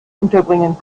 unterbringen